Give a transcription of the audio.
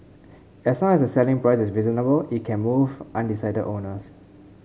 as long as the selling price is reasonable it can move undecided owners